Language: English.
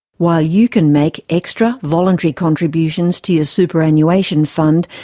while you can make extra, voluntary contributions to your superannuation fund,